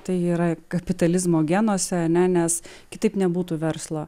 tai yra kapitalizmo genuose a ne nes kitaip nebūtų verslo